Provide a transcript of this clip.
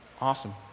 Awesome